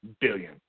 billion